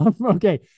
Okay